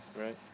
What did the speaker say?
Right